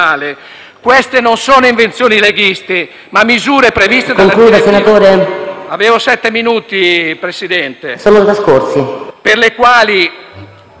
Queste non sono invenzioni leghiste, ma misure previste dalla direttiva...